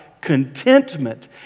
contentment